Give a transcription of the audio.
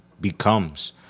becomes